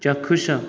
ଚାକ୍ଷୁସ